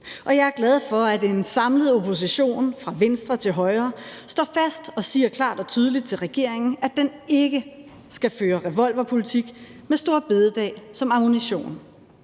Og jeg er glad for, at en samlet opposition fra venstre til højre står fast og siger klart og tydeligt til regeringen, at den ikke skal føre revolverpolitik med store bededag som ammunition.